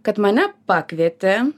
kad mane pakvietė